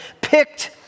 picked